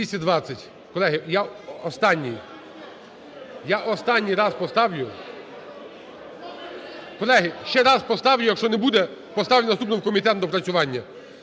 я останній, я останній раз поставлю. Колеги, ще раз поставлю, якщо не буде, поставлю наступним в комітет на доопрацювання.